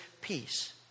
peace